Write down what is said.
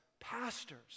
pastors